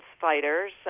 fighters